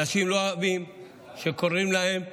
אנשים לא אוהבים שקוראים להם אנרכיסטים,